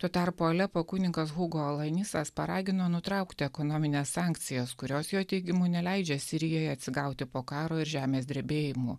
tuo tarpu alepo kunigas hugo alainisas paragino nutraukti ekonomines sankcijas kurios jo teigimu neleidžia sirijai atsigauti po karo ir žemės drebėjimų